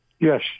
Yes